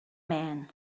man